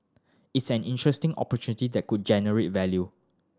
it's an interesting opportunity that could generate value